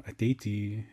ateiti į